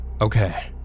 Okay